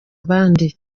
abandi